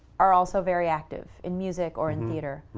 are also very active in music or in theater.